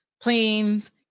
Planes